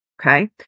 okay